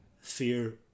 fear